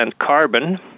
carbon